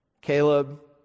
Caleb